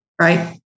right